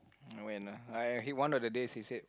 no when ah I he want on the day he said